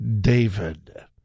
David